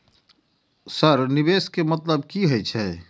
Sir निवेश के मतलब की हे छे?